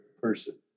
person